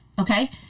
okay